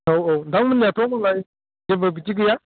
औ औ नोंथांमोननियाथ' मालाय जेबो बिदि गैया